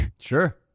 Sure